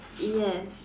yes